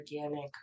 organic